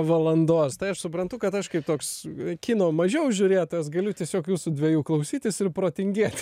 valandos tai aš suprantu kad aš kaip toks kino mažiau žiūrėtojas galiu tiesiog jūsų dviejų klausytis ir protingėti